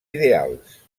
ideals